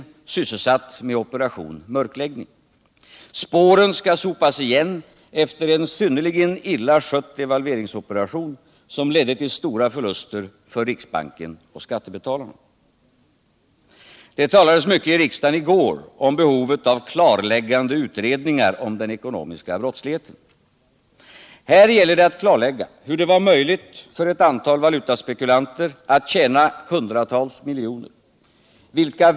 Ett uttryckligt förbud bör enligt vpk:s mening införas mot investeringar i områden under kolonial förtryck, i stater som utövar kolonialt förtryck eller som har fascistisk eller rasistisk regim. Fackliga organisationer i företagen skall enligt vår mening alltid beredas möjlighet att yttra sig över kapitalexporten och dessutom ha vetorätt.